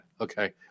Okay